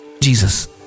Jesus